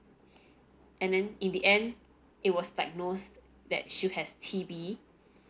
and then in the end it was diagnosed that she has T_B